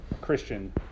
Christian